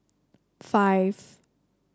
five